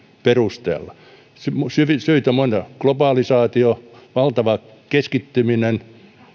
perusteella syitä on monta globalisaatio valtava keskittyminen